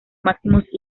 máximos